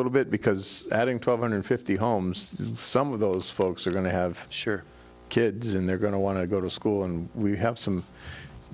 little bit because adding twelve hundred fifty homes some of those folks are going to have sure kids in they're going to want to go to school and we have some